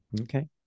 okay